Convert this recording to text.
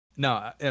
No